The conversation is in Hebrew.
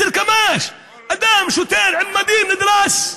10 קמ"ש, אדם, שוטר עם מדים, נדרס.